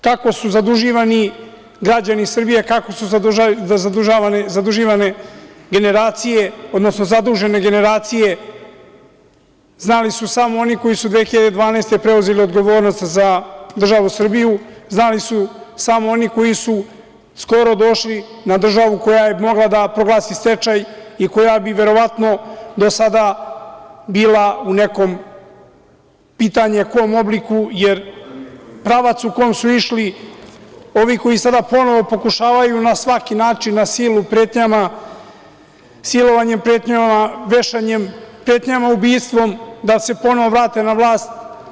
Kako su zaduživani građani Srbije, kako su zadužene generacije, znali su samo oni koji su 2012. godine preuzeli odgovornost za državu Srbiju, znali su samo oni koji su skoro došli na državu koja je mogla da proglasi stečaj i koja bi verovatno do sada bila u nekom pitanje je kom obliku, jer pravac u kome su išli ovi koji sada ponovo pokušavaju na svaki način, na silu, pretnjama, pretnjom silovanja, vešanja, pretnjama ubistvom da se ponovo vrate na vlast.